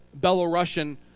Belarusian